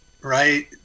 right